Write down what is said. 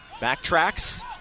backtracks